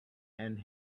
and